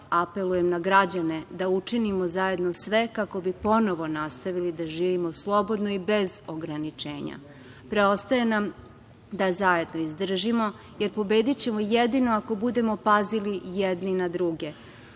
apelujem na građane, da učinimo zajedno sve kako bi ponovo nastavili da živimo slobodno i bez ograničenja. Preostaje nam da zajedno izdržimo, jer pobedićemo jedino ako budemo pazili jedni na druge.